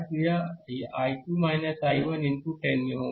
तो यह I2 I1 into 10 में होगा